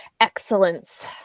excellence